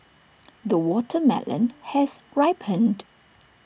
the watermelon has ripened